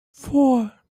four